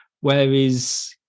whereas